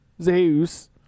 Zeus